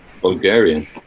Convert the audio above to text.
Bulgarian